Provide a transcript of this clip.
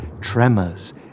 tremors